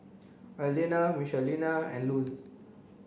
Arlena Michelina and Luz